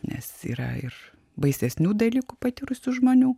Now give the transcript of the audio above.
nes yra ir baisesnių dalykų patyrusių žmonių